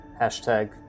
hashtag